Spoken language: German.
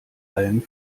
allem